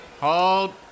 hold